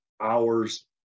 hours